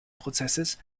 prozesses